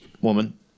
woman